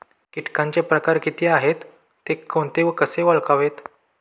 किटकांचे प्रकार किती आहेत, ते कोणते व कसे ओळखावे?